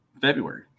February